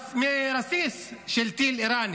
מרסיס של טיל איראני